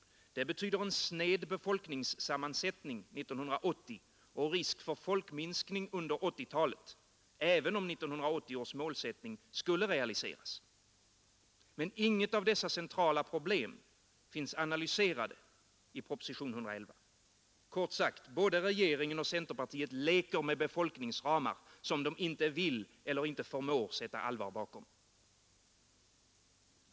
Det betyder en sned befolkningssammansättning 1980 och risk för folkminskning under 1980-talet även om 1980 års målsättning skulle realiseras. Men inget av dessa centrala problem finns analyserat i propositionen 111. Kort sagt: Både regeringen och centerpartiet leker med befolkningsramar som de inte vill eller inte förmår sätta allvar bakom.